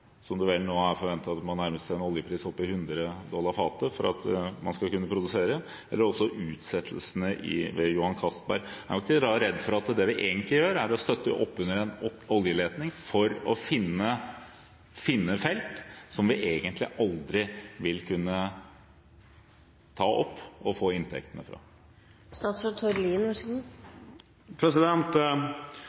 at man nærmest må se en oljepris på 100 dollar per fat for at man skal kunne produsere, og i lys av utsettelsene ved Johan Castberg? Er man ikke da redd for at det man egentlig gjør, er å støtte opp under en oljeleting for å finne felt som vi egentlig aldri vil kunne ta opp oljen fra, og få inntektene fra?